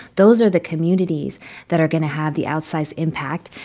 those are the communities that are going to have the outsized impact.